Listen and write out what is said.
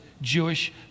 Jewish